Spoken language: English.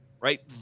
right